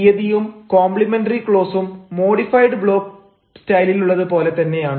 തീയതിയും കോംപ്ലിമെന്ററി ക്ലോസും modified block സ്റ്റൈലിലുള്ളത് പോലെ തന്നെയാണ്